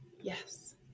yes